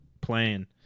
playing